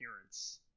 appearance